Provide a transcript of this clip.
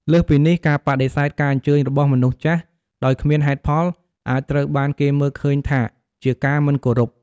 លើសពីនេះ ការបដិសេធការអញ្ជើញរបស់មនុស្សចាស់ដោយគ្មានហេតុផល អាចត្រូវបានគេមើលឃើញថាជាការមិនគោរព។